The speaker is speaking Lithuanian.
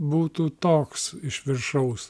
būtų toks iš viršaus